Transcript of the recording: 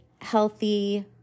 healthy